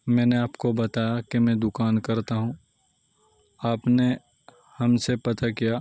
میں نے آپ کو بتایا کہ میں دکان کرتا ہوں آپ نے ہم سے پتا کیا